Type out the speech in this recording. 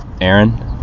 Aaron